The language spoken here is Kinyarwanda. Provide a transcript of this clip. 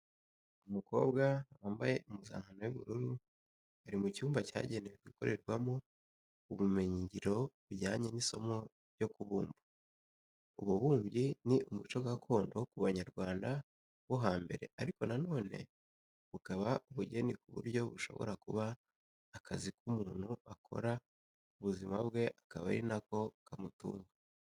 Umukobwa wambaye impuzankano y'ubururu, ari mu cyumba cyagenewe gukorerwamo ubumenyingiro bujyanye n'isomo ryo kubumba. Ububumbyi ni umuco gakondo ku banyarwanda bo hambere ariko na none bukaba ubugeni ku buryo bushobora kuba akazi k'umuntu akora ubuzima bwe kakaba ari nako kamutunga.